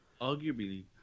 Arguably